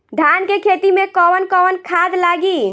धान के खेती में कवन कवन खाद लागी?